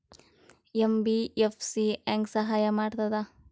MBFC ಹೆಂಗ್ ಸಹಾಯ ಮಾಡ್ತದ?